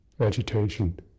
agitation